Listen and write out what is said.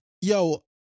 yo